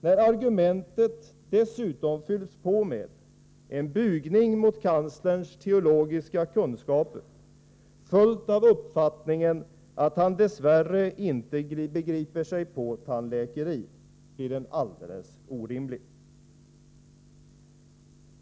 När argumentet dessutom fylls på med en bugning mot kanslerns teologiska kunskaper följt av uppfattningen att han dess värre inte begriper sig på tandläkeri blir det alldeles orimligt.